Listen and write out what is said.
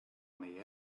meie